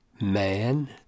man